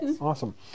awesome